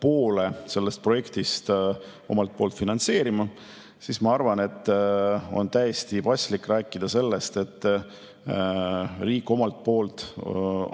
poole sellest projektist omalt poolt finantseerima, siis ma arvan, et on täiesti paslik rääkida sellest, et riik